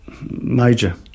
major